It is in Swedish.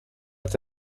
att